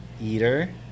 eater